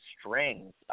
strings